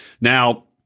Now